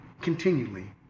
continually